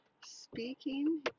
speaking